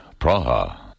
Praha